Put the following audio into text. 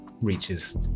reaches